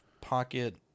pocket